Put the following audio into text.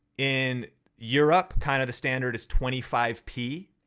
in europe, kind of the standard is twenty five p,